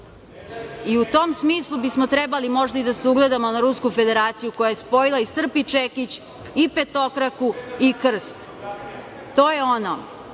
tom smislu bi smo trebali možda da se ugledamo na Rusku Federaciju koja je spojila i srp i čekić i petokraku i krst. To je ono